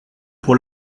pour